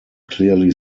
clearly